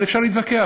אבל אפשר להתווכח,